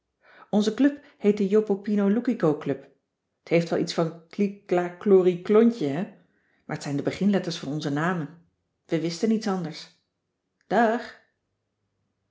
onze club heet de jopopinoloukicoclub t heeft wel iets van kli kla kloriklontje hè maar t zijn de beginletters van onze namen we wisten niets anders dààg